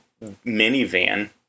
minivan